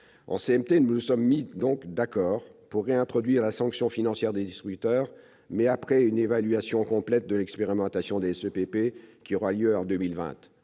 En CMP, nous nous sommes donc mis d'accord pour réintroduire la sanction financière des distributeurs, mais après une évaluation complète de l'expérimentation des CEPP, qui aura lieu en 2020.